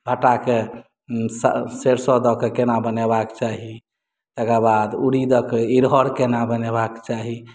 भट्टा के सेरसो दऽ के केना बनेबा के चाही तेकर बाद उरीदके इरहर केना बनेबा के चाही